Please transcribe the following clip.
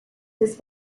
his